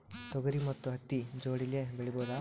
ತೊಗರಿ ಮತ್ತು ಹತ್ತಿ ಜೋಡಿಲೇ ಬೆಳೆಯಬಹುದಾ?